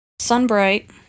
Sunbright